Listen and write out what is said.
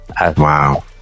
Wow